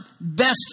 best